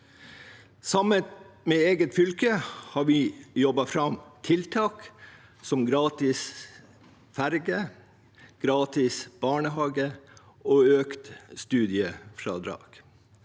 tillegg til eget fylke har vi jobbet fram tiltak som gratis ferge, gratis barnehage og økt studiefradrag.